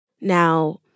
Now